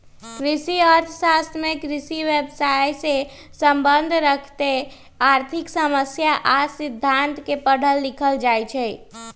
कृषि अर्थ शास्त्र में कृषि व्यवसायसे सम्बन्ध रखैत आर्थिक समस्या आ सिद्धांत के पढ़ल लिखल जाइ छइ